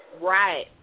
Right